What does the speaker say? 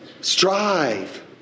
strive